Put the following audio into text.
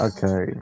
Okay